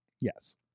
Yes